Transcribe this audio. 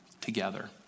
together